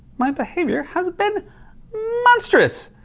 my behavior has been monstrous.